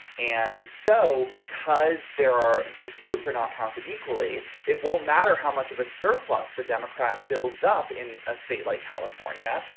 and so because there are these votes are not counted equally it won't matter how much of a surplus the democrat builds up in a state like california.